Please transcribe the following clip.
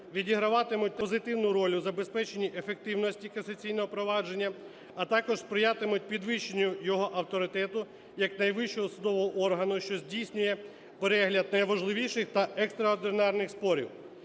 відігріватимуть позитивну роль в забезпеченні ефективності касаційного провадження, а також сприятимуть підвищенню його авторитету як найвищого судового органу, що здійснює перегляд найважливіших та екстраординарних спорів.